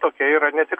tokia yra ne tik